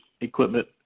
equipment